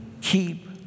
keep